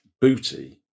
booty